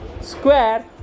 square